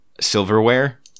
silverware